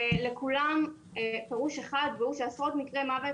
ולכולם פירוש אחד והוא שעשרות מקרי מוות